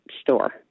store